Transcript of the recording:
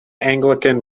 anglican